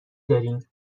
داریم